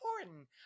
important